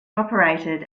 operated